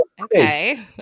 Okay